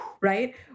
right